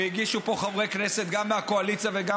והגישו פה חברי כנסת גם מהקואליציה וגם